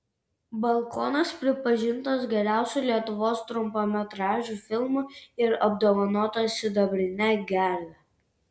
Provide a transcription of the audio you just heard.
balkonas pripažintas geriausiu lietuvos trumpametražiu filmu ir apdovanotas sidabrine gerve